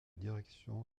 direction